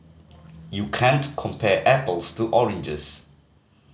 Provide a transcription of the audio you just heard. you can't compare apples to oranges